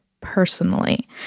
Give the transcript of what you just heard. personally